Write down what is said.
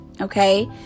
Okay